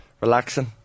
relaxing